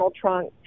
Trump